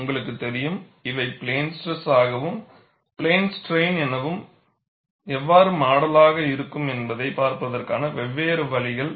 உங்களுக்கு தெரியும் இவை பிளேன் ஸ்ட்ரெஸ் ஆகவும் பிளேன் ஸ்ட்ரைன் எனவும் எவ்வாறு மாடலாக இருக்கும் என்பதைப் பார்ப்பதற்கான வெவ்வேறு வழிகள்